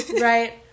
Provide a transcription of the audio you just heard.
right